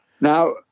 Now